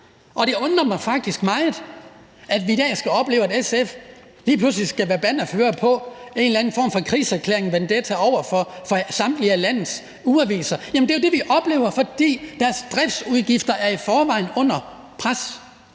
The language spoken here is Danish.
det undrer mig faktisk meget, at vi i dag skal opleve, at SF lige pludselig skal være bannerfører på en eller anden form for krigserklæring eller vendetta over for samtlige af landets ugeaviser. Jamen det er jo det, vi oplever. Deres driftsudgifter er i forvejen under pres.